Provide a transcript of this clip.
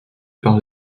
par